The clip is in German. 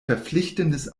verpflichtendes